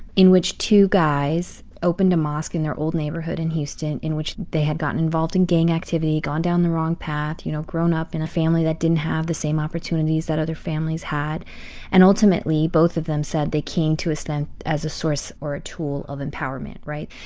in which two guys opened a mosque in their old neighborhood in houston, in which they had gotten involved in gang activity, gone down the wrong path, you know, grown up in a family that didn't have the same opportunities that other families had and ultimately, both of them said they came to islam as a source or a tool of empowerment, right?